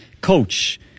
coach